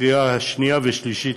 לקריאה שנייה ושלישית,